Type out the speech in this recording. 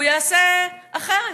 והוא יעשה אחרת,